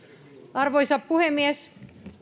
arvoisa puhemies